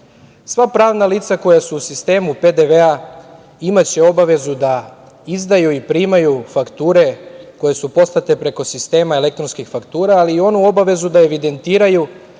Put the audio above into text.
pravna lica koja su u sistemu PDV-a imaće obavezu da izdaju i primaju fakture koje su poslate preko sistema elektronskih faktura, ali i onu obavezu da evidentiraju